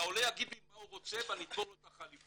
העולה יגיד לי מה הוא רוצה ואני אתפור לו את החליפה.